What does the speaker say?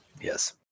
Yes